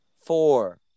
Four